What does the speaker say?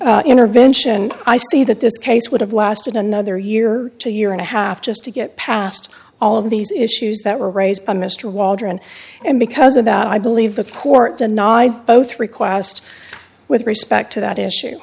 the intervention i see that this case would have lasted another year to year and a half just to get past all of these issues that were raised by mr waldron and because of that i believe the court denied both requests with respect to that issue